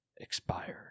expired